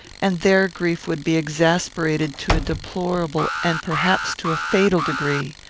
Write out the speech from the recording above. and their grief would be exasperated to a deplorable and perhaps to a fatal degree.